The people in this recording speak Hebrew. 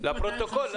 לפרוטוקול.